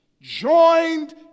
joined